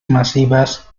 masivas